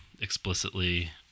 explicitly